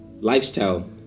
lifestyle